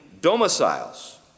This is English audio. domiciles